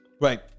Right